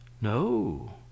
No